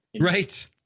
Right